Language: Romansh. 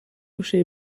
uschè